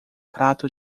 prato